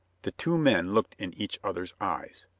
the two men looked in each other's eyes.